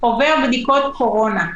עובר בדיקות קורונה.